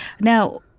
Now